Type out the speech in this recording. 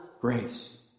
grace